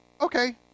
okay